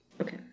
Okay